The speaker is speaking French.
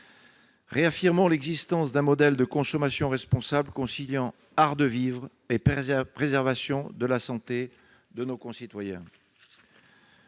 Réaffirmons l'existence d'un modèle de consommation responsable conciliant art de vivre et préservation de la santé de nos concitoyens.